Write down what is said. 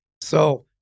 So-